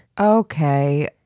Okay